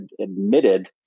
admitted